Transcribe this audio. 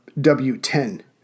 W-10